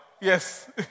yes